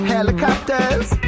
Helicopters